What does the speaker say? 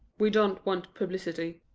we don't want publicity.